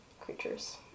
creatures